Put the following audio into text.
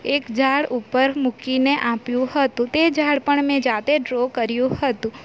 એક ઝાડ ઉપર મૂકીને આપ્યું હતું તે ઝાડ પણ મેં જાતે ડ્રો કર્યું હતું